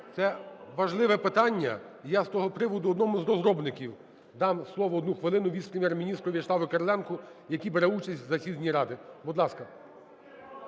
це важливе питання. я з того приводу одному з розробників дам слово, одну хвилину, віце-прем’єр-міністрові В'ячеславу Кириленку, який бере участь в засіданні Ради. Будь ласка.